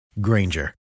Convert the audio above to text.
Granger